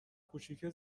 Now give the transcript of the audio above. کوچیکه